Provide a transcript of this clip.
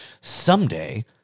someday